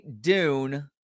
Dune